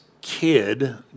kid